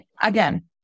again